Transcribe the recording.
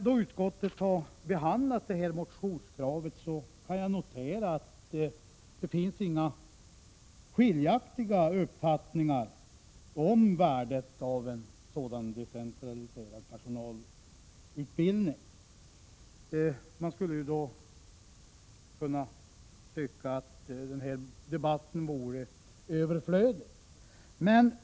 När utskottet nu har behandlat mitt motionskrav har jag noterat att det inte finns några skiljaktiga uppfattningar om värdet av en sådan decentraliserad personalutbildning. Man kan då tycka att denna debatt är överflödig.